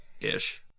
Ish